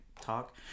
talk